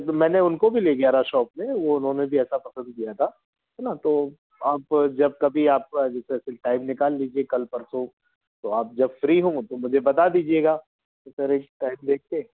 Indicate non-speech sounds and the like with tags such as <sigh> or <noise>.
मैंने उनको भी ले गया था शॉप में तो उन्होंने भी ऐसा पसन्द किया था है ना तो आप जब कभी आप इस तरह टाइम निकाल लीजिए कल परसों तो आप जब फ़्री हों तो मुझे बता दीजिएगा <unintelligible> टाइम देख कर